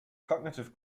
cognitive